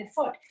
effort